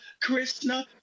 Krishna